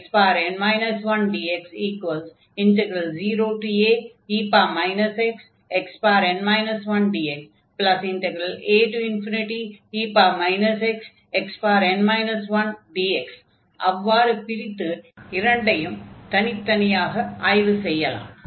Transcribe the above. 0e xxn 1dx0ae xxn 1dxae xxn 1dx அவ்வாறு பிரித்து இரண்டையும் தனித்தனியாக ஆய்வு செய்யலாம்